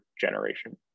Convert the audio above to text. generation